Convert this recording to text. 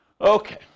Okay